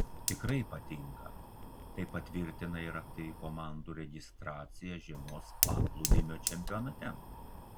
tikrai patinka tai patvirtina ir aktyvi komandų registracija žiemos paplūdimio čempionate